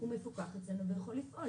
הוא מפוקח אצלינו ויכול לפעול.